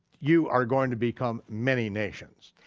you are going to become many nations.